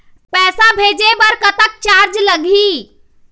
पैसा भेजे बर कतक चार्ज लगही?